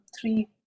three